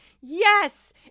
Yes